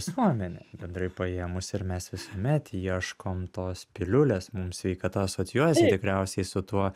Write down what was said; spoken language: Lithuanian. visuomenė bendrai paėmus ir mes visuomet ieškom tos piliulės mum sveikata asocijuojasi tikriausiai su tuo